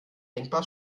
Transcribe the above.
denkbar